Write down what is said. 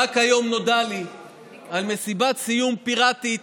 רק היום נודע לי על מסיבת סיום פיראטית